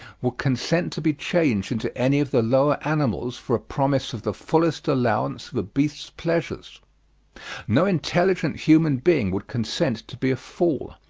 would consent to be changed into any of the lower animals for a promise of the fullest allowance of a beast's pleasures no intelligent human being would consent to be a fool,